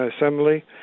assembly